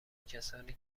کسانی